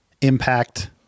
impact